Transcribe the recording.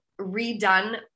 redone